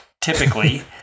typically